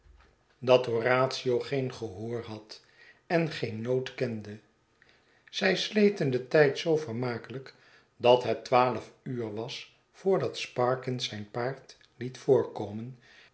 dat horatio geen gehoor had en geene noot kende zij sleten den tijd zoo vermakelijk dat het twaalf uur was voordat sparkins zijn paard liet voorkomen